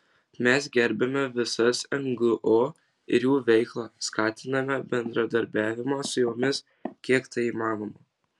mes gerbiame visas ngo ir jų veiklą skatiname bendradarbiavimą su jomis kiek tai įmanoma